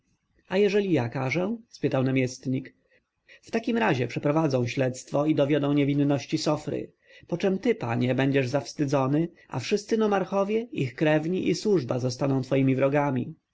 a jeżeli ja każę spytał namiestnik w takim razie przeprowadzą śledztwo i dowiodą niewinności sofry poczem ty panie będziesz zawstydzony a wszyscy nomarchowie ich krewni i służba zostaną twoimi wrogami